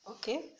Okay